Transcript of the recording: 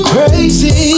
Crazy